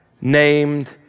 named